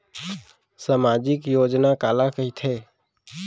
सामाजिक योजना काला कहिथे?